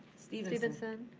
stevenson.